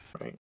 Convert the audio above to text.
right